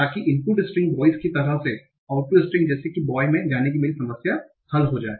ताकि input string boys की तरह से आउटपुट स्ट्रिंग जैसे कि बॉय मे जाने की मेरी समस्या हल हो जाए